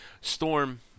Storm